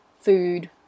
food